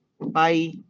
Bye